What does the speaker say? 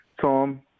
Tom